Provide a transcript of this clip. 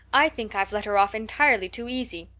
i think i've let her off entirely too easy.